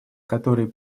который